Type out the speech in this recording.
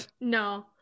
no